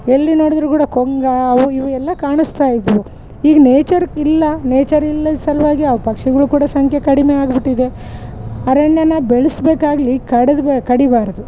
ಎಲ್ಲಿ ನೋಡಿದ್ರು ಕೂಡ ಕೊಂಗ ಅವು ಇವು ಎಲ್ಲ ಕಾಣಿಸ್ತ ಇದ್ವು ಈಗ ನೇಚರ್ ಇಲ್ಲ ನೇಚರ್ ಇಲ್ಲದ ಸಲುವಾಗಿ ಅವು ಪಕ್ಷಿಗಳು ಕೂಡ ಸಂಖ್ಯೆ ಕಡಿಮೆ ಆಗಿಬಿಟ್ಟಿದೆ ಅರಣ್ಯ ಬೆಳೆಸಬೇಕಾಗ್ಲಿ ಕಡಿದ್ ಕಡಿಬಾರದು